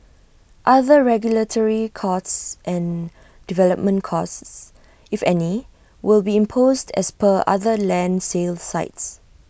other regulatory costs and development costs if any will be imposed as per other land sales sites